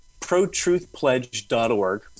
protruthpledge.org